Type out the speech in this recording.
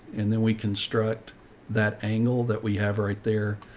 and then we construct that angle that we have right there.